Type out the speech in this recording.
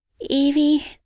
Evie